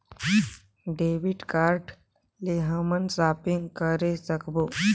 Debit card ले हमन shopping करे सकबो?